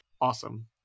Awesome